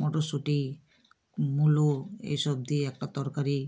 মটরশুঁটি মুলো এসব দিয়ে একটা তরকারি